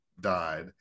died